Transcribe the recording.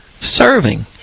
Serving